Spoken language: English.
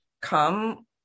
come